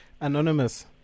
Anonymous